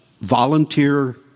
volunteer